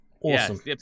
Awesome